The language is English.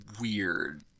weird